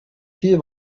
viel